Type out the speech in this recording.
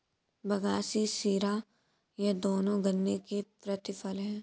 बगासी शीरा ये दोनों गन्ने के प्रतिफल हैं